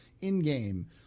in-game